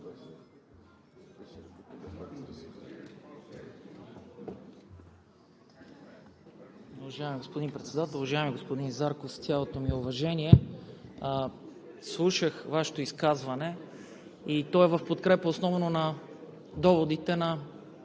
Уважаеми господин Председател! Уважаеми господин Зарков, с цялото ми уважение, слушах Вашето изказване – то е в подкрепа основно на доводите на